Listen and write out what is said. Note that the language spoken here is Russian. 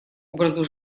образу